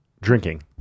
Drinking